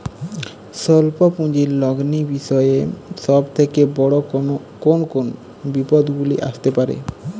স্বল্প পুঁজির লগ্নি বিষয়ে সব থেকে বড় কোন কোন বিপদগুলি আসতে পারে?